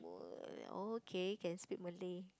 oh okay can speak Malay